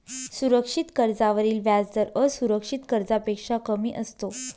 सुरक्षित कर्जावरील व्याजदर असुरक्षित कर्जापेक्षा कमी असतो